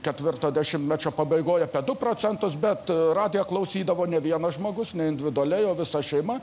ketvirto dešimtmečio pabaigoj apie du procentus bet radijo klausydavo ne vienas žmogus individualiai o visa šeima